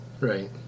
Right